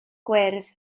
gwyrdd